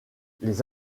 les